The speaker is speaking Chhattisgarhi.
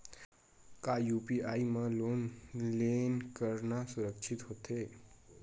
का यू.पी.आई म लेन देन करना सुरक्षित होथे?